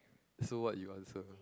so what you answer